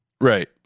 Right